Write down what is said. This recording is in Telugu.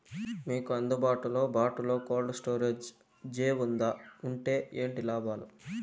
మీకు అందుబాటులో బాటులో కోల్డ్ స్టోరేజ్ జే వుందా వుంటే ఏంటి లాభాలు?